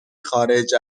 خارج